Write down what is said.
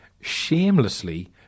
shamelessly